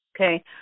Okay